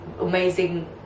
amazing